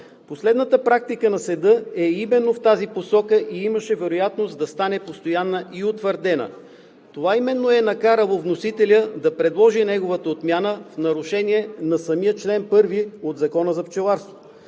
Последната практика на съда е именно в тази посока и имаше вероятност да стане постоянна и утвърдена. Това именно е накарало вносителят да предложи неговата отмяна в нарушение на самия чл. 1 от Закона за пчеларството.